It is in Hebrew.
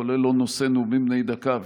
כולל לא נושא נאומים בני דקה,